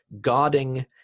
guarding